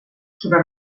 sobre